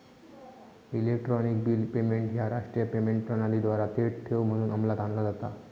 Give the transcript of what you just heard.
electronic bill payment ह्या राष्ट्रीय payment प्रणालीद्वारा थेट ठेव म्हणून अंमलात आणला जाता